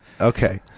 Okay